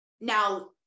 Now